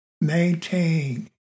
Maintain